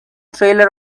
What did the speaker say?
trailer